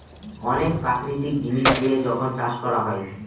অনেক প্রাকৃতিক জিনিস দিয়ে যখন চাষ করা হয়